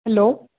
hello